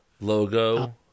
logo